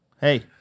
hey